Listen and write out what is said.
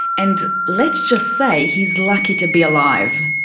and let's just say he's lucky to be alive.